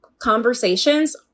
conversations